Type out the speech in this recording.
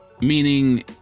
Meaning